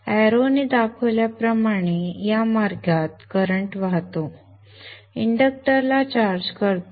बाणाने दर्शविल्याप्रमाणे या मार्गात करंट वाहतो इंडक्टरला चार्ज करतो